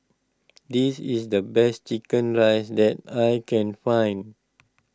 this is the best Chicken Rice that I can find